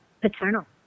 paternal